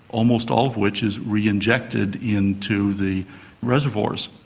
almost all of which is reinjected into the reservoirs.